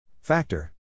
Factor